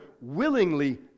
willingly